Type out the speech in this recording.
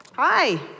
Hi